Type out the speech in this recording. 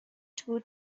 two